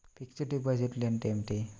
Fixed డిపాజిట్లు అంటే ఏమిటి?